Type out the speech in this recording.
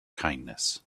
kindness